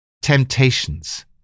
Temptations